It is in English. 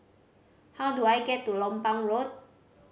how do I get to Lompang Road